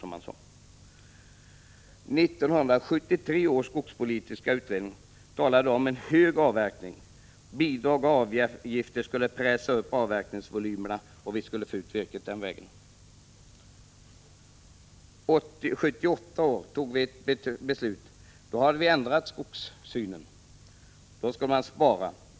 1973 års skogspolitiska utredning talade om en hög avverkning. Bidrag och avgifter skulle pressa upp avverkningsvolymerna. År 1978 fattades ett nytt skogspolitiskt beslut. Då hade vi ändrat vår syn på skogsbruket. Man skulle spara.